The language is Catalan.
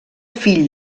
fill